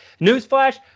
Newsflash